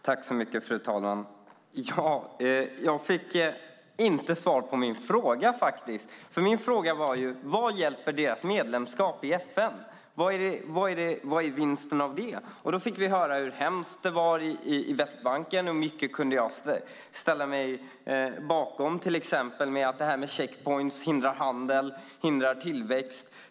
Fru talman! Jag fick inte svar på min fråga. Det jag frågade var: Vad hjälper det att ha medlemskap i FN? Vad är vinsten med det? Vi fick höra hur hemskt det är på Västbanken. Mycket av det kan jag ställa mig bakom, till exempel att checkpoints hindrar handel och tillväxt.